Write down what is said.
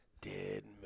Dead